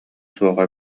суоҕа